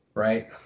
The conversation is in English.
Right